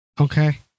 Okay